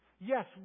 Yes